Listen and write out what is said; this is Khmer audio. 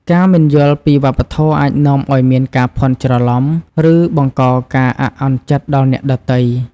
ការមិនយល់ពីវប្បធម៌អាចនាំឱ្យមានការភ័ន្តច្រឡំ ឬបង្កការអាក់អន់ចិត្តដល់អ្នកដទៃ។